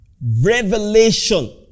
revelation